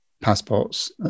passports